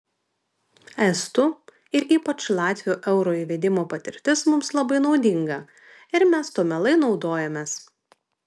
estų ir ypač latvių euro įvedimo patirtis mums labai naudinga ir mes tuo mielai naudojamės